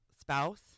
spouse